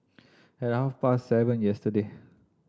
at half past seven yesterday